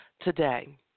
today